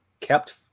kept